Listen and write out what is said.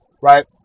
Right